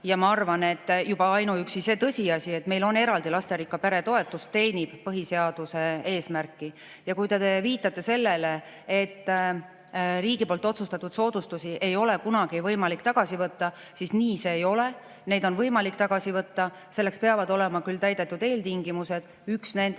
Ma arvan, et juba ainuüksi see tõsiasi, et meil on eraldi lasterikka pere toetus, teenib põhiseaduse eesmärki. Kui te viitate sellele, et riigi poolt otsustatud soodustusi ei ole kunagi võimalik tagasi võtta, siis nii see ei ole, neid on võimalik tagasi võtta, selleks peavad olema täidetud eeltingimused. Üks nendest